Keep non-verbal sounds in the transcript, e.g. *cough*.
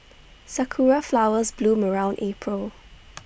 Sakura Flowers bloom around April *noise*